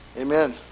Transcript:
Amen